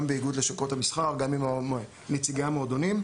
באיגוד לשכות המסחר וגם עם נציגי המועדונים.